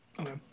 Okay